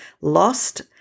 lost